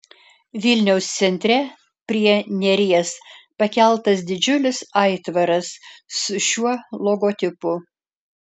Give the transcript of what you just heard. vilniaus centre prie neries pakeltas didžiulis aitvaras su šiuo logotipu